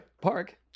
park